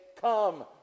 Come